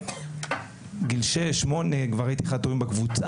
כמה מתוכם נשים?